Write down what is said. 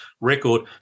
record